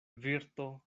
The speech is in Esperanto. virto